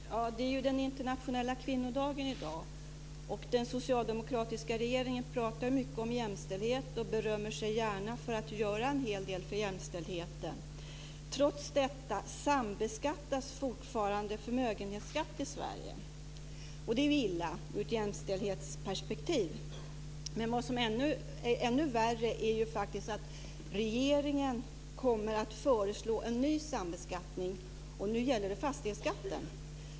Herr talman! Det är den internationella kvinnodagen i dag, och den socialdemokratiska regeringen talar mycket om jämställdhet och berömmer sig gärna av att göra en hel del för jämställdheten. Trots detta sambeskattas fortfarande förmögenheter i Sverige, och det är ju illa ur ett jämställdhetsperspektiv. Men vad som är ännu värre är faktiskt att regeringen kommer att föreslå en ny sambeskattning, och nu gäller det fastighetsskatten.